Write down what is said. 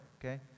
okay